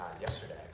yesterday